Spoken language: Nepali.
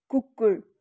कुकुर